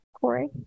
Corey